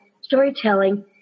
Storytelling